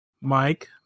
Mike